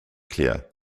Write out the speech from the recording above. clear